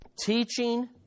Teaching